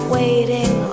waiting